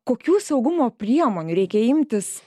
kokių saugumo priemonių reikia imtis